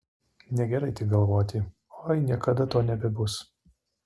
negerai tik galvoti oi niekada to nebebus